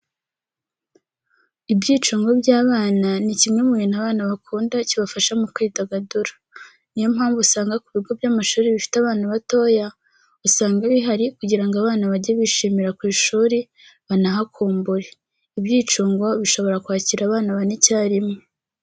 Ibyicungo by'abana ni kimwe mu bintu abana bakunda kibafasha mu kwidagadura. Ni yo mpamvu usanga ku bigo by'amashuri bifite abana batoya usanga bihari kugira ngo abana bajye bishimira ku ishuri, banahakumbure. Ibyicungo bishobora kwakira abana bane icyarimwe.